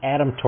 Adam